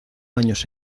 años